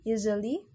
Usually